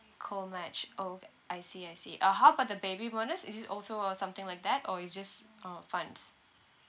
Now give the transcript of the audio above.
co match ok~ I see I see uh how about the baby bonus is it also uh something like that or it's just uh funds